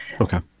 Okay